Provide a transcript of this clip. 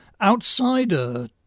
outsider